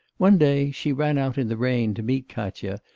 one day she ran out in the rain to meet katya,